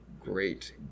great